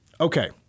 okay